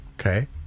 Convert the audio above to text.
okay